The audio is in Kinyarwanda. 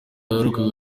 waherukaga